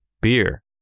beer